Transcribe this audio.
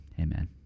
amen